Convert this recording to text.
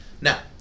now